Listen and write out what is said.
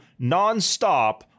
nonstop